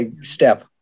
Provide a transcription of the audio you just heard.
step